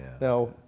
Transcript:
now